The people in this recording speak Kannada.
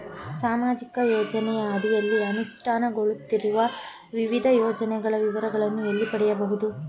ಸಾಮಾಜಿಕ ಯೋಜನೆಯ ಅಡಿಯಲ್ಲಿ ಅನುಷ್ಠಾನಗೊಳಿಸುತ್ತಿರುವ ವಿವಿಧ ಯೋಜನೆಗಳ ವಿವರಗಳನ್ನು ಎಲ್ಲಿ ಪಡೆಯಬಹುದು?